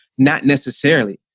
not necessarily.